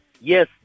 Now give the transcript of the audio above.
Yes